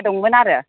दंमोन आरो